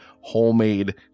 homemade